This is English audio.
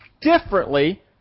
differently